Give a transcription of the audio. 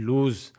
Lose